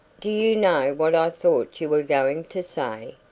do you know what i thought you were going to say?